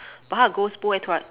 but 他的 ghost 不会突然